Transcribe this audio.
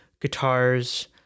guitars